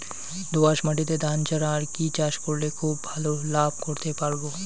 দোয়াস মাটিতে ধান ছাড়া আর কি চাষ করলে খুব ভাল লাভ করতে পারব?